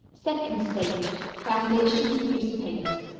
second stage. foundation grease paint.